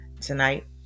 Tonight